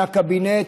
מהקבינט,